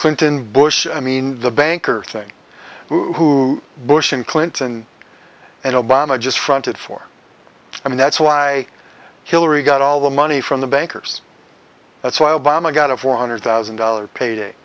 clinton bush i mean the banker thing who bush and clinton and obama just fronted for i mean that's why hillary got all the money from the bankers that's why obama got a four hundred thousand dollars pay